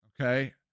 Okay